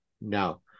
no